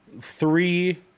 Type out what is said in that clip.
three